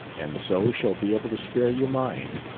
and so shall be able to spare you mine.